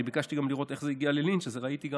ביקשתי גם לראות איך זה הגיע ללינץ' אז ראיתי,